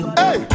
hey